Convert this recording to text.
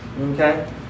Okay